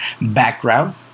background